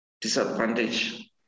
disadvantage